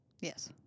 Yes